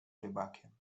rybakiem